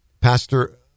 Pastor